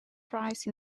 prize